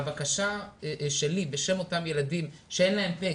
הבקשה שלי בשם אותם ילדים שאין להם פה,